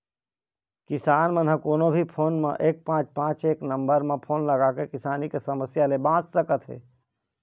किसान मन ह कोनो भी फोन म एक पाँच पाँच एक नंबर म फोन लगाके किसानी के समस्या ले बाँच सकत हे